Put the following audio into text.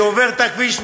שעובר את הכביש,